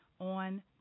on